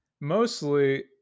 mostly